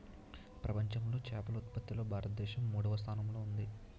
ప్రపంచంలో చేపల ఉత్పత్తిలో భారతదేశం మూడవ స్థానంలో ఉంది